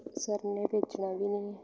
sir ਨੇ ਭੇਜਣਾ ਵੀ ਨਹੀਂ